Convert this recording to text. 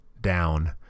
down